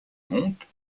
montes